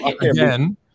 again